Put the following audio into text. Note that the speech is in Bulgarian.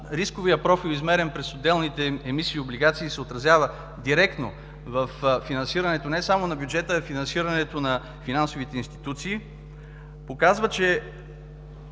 рисковият профил, измерен през отделните им емисии облигации, се отразява директно във финансирането не само на бюджета, а и на финансовите институции – показва, че